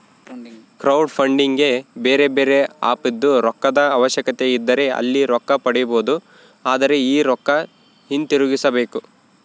ಕ್ರೌಡ್ಫಂಡಿಗೆ ಬೇರೆಬೇರೆ ಆಪ್ ಇದ್ದು, ರೊಕ್ಕದ ಅವಶ್ಯಕತೆಯಿದ್ದರೆ ಅಲ್ಲಿ ರೊಕ್ಕ ಪಡಿಬೊದು, ಆದರೆ ಈ ರೊಕ್ಕ ಹಿಂತಿರುಗಿಸಬೇಕು